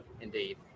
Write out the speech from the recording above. Indeed